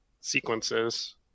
sequences